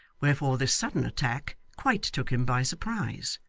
wherefore this sudden attack quite took him by surprise.